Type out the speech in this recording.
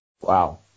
Wow